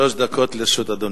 שלוש דקות לרשות אדוני.